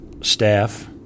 staff